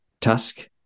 task